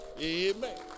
Amen